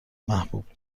محبوب